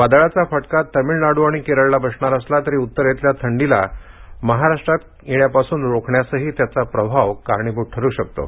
वादळाचा फटका मिळनाडू आणि केरळला बसणार असला तरी उत्तरेतल्या थंडीला महाराष्ट्रात येण्यापासून रोखण्यासही त्याचा प्रभाव कारणीभूत ठरतो